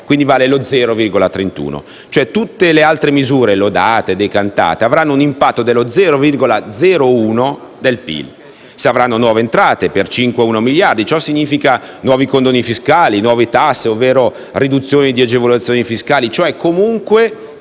- vale lo 0,31. Cioè tutte le altre misure, lodate e decantate, avranno un impatto dello 0,01 del PIL. Si avranno nuove entrate per 5,1 miliardi e ciò significa: nuovi condoni fiscali, nuove tasse ovvero riduzione di agevolazioni fiscali, cioè, comunque